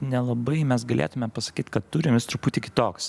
nelabai mes galėtume pasakyt kad turim jis truputį kitoks